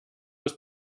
ist